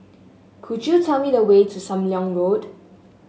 could you tell me the way to Sam Leong Road